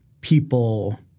people